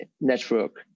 network